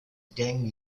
deng